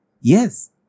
Yes